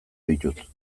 ditut